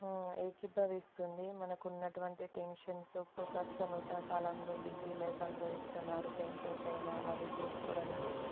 ఏకీభవిస్తుంది మనకున్నటువంటి టెన్షన్స్ ఇప్పుడు ప్రస్తుత నూతన కాలంలో బిజీ లైఫ్ అనుభవిస్తున్నారు టెన్షన్స్ అయినా అవన్నీ చేస్కోడానికి